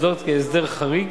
כהסדר חריג